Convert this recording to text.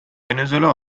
venezuela